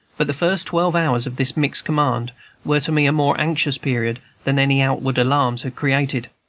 but the first twelve hours of this mixed command were to me a more anxious period than any outward alarms had created.